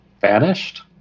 Vanished